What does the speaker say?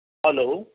hello